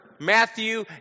Matthew